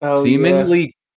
Seemingly